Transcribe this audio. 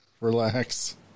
Relax